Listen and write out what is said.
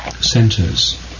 centres